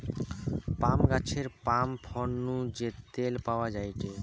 পাম গাছের পাম ফল নু যে তেল পাওয়া যায়টে